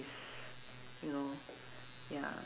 ~s you know ya